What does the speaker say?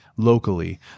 locally